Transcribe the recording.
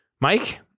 Mike